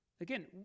Again